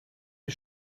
you